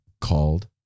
called